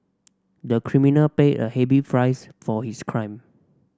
the criminal paid a heavy fries for his crime